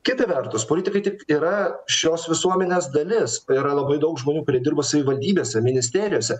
kita vertus politikai tik yra šios visuomenės dalis yra labai daug žmonių kurie dirba savivaldybėse ministerijose